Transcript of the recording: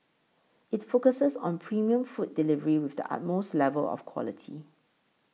it focuses on premium food delivery with the utmost level of quality